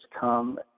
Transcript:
come